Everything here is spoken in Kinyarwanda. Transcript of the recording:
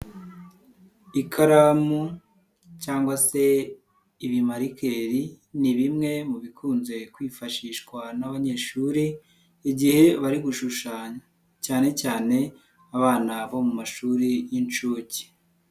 Ikaramu cyangwa se ibimarikeri ni bimwe mu bikunze kwifashishwa n'abanyeshuri igihe bari gushushanya, cyane cyane abana bo mu mashuri y'inshuke.